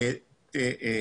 מדוע?